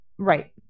Right